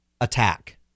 attack